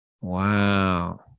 Wow